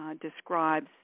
describes